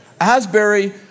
Asbury